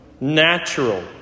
natural